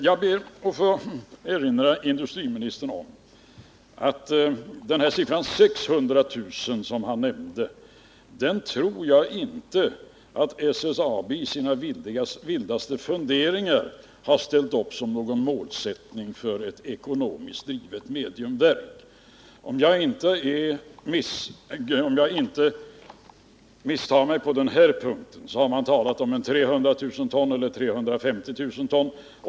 Jag ber att få framföra tilll industriministern att siffran 600 000 ton, som han nämnde, tror jag inte att SSAB i sina vildaste funderingar har ställt upp som någon målsättning för ett ekonomiskt drivet mediumvalsverk. Om jag inte missminner mig på den här punkten har man talat om 300 000 eller 350 000 ton.